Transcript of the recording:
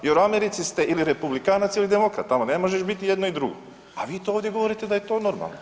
Jel u Americi ste ili republikanac ili demokrat, tamo ne možeš biti jedno i drugo, a vi to ovdje govorite da je to normalno.